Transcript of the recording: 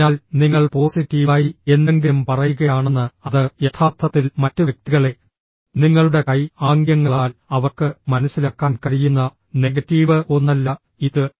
അതിനാൽ നിങ്ങൾ പോസിറ്റീവ് ആയി എന്തെങ്കിലും പറയുകയാണെന്ന് അത് യഥാർത്ഥത്തിൽ മറ്റ് വ്യക്തികളെ നിങ്ങളുടെ കൈ ആംഗ്യങ്ങളാൽ അവർക്ക് മനസ്സിലാക്കാൻ കഴിയുന്ന നെഗറ്റീവ് ഒന്നല്ല ഇത്